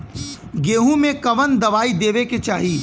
गेहूँ मे कवन दवाई देवे के चाही?